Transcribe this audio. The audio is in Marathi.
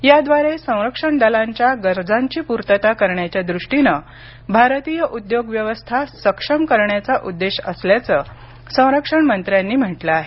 याद्वारे संरक्षण दलांच्या गरजांची पूर्तता करण्याच्या दृष्टीने भारतीय उद्योग व्यवस्था सक्षम करण्याचा उद्देश असल्याचं संरक्षण मंत्र्यांनी म्हटलं आहे